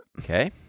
Okay